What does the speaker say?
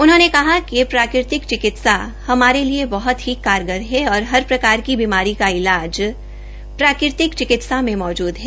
उन्होंने कहा कि प्राकृतिक चिकित्सा हमारे लिए बहुत ही कारगर है और हर प्रकार की बिमारी का ईलाज प्राकृतिक चिकित्सा में मौजूद है